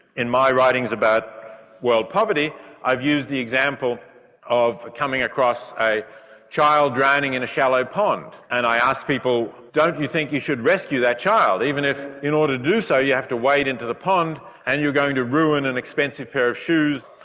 in my writings about world poverty i've used the example of coming across a child drowning in a shallow pond, and i ask people, don't you think you should rescue that child even if in order to do so you have to wade into the pond and you're going to ruin an expensive pair of shoes.